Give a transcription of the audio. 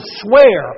swear